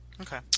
Okay